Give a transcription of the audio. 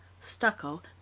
stucco